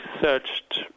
searched